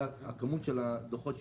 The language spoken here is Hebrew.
לא שכמות הדוחות תרד,